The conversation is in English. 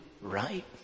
right